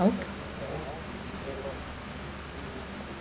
!ow!